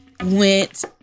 went